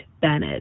bennett